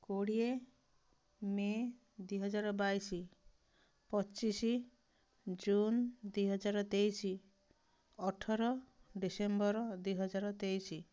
କୋଡ଼ିଏ ମେ' ଦୁଇହଜାର ବାଇଶ ପଚିଶ ଜୁନ୍ ଦୁଇହଜାର ତେଇଶ ଅଠର ଡିସେମ୍ବର ଦୁଇହଜାର ତେଇଶ